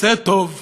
ועשה טוב,